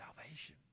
salvation